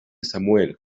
samuel